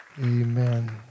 Amen